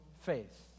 faith